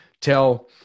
tell